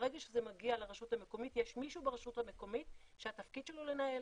ברגע שזה מגיע לרשות המקומית יש מישהו ברשות המקומית שהתפקיד שלו לנהל.